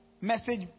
message